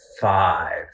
five